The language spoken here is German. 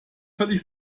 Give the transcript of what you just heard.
völlig